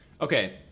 Okay